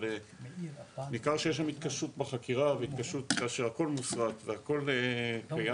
אבל ניכר שיש שם התקשות בחקירה כאשר הכל מוסרט והכל קיים,